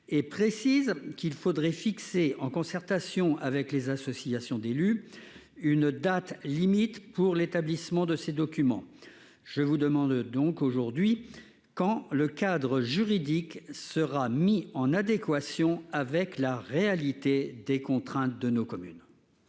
et précise qu'il faudrait fixer en concertation avec les associations d'élus, une date limite pour l'établissement de ces documents, je vous demande donc aujourd'hui quand le cadre juridique sera mis en adéquation avec la réalité des contraintes de nos communes.